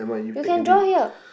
you can draw here